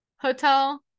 hotel